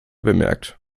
bemerkt